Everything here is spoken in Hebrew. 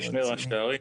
זה שני ראשי ערים,